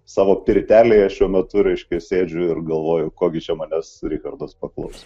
savo pirtelėje šiuo metu reiškia sėdžiu ir galvoju ko gi čia manęs richardas paklaus